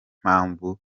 mpamvu